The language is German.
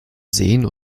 seen